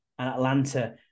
Atlanta